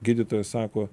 gydytojai sako